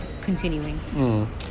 continuing